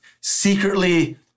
secretly